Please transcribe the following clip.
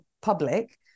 public